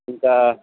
ఇంకా